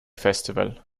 festival